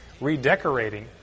redecorating